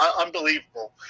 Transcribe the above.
unbelievable